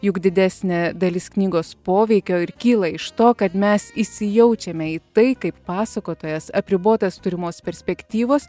juk didesnė dalis knygos poveikio ir kyla iš to kad mes įsijaučiame į tai kaip pasakotojas apribotas turimos perspektyvos